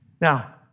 Now